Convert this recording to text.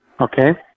Okay